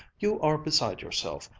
you are beside yourself.